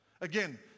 Again